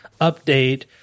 update